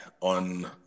on